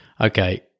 okay